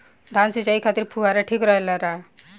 धान सिंचाई खातिर फुहारा ठीक रहे ला का?